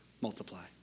multiply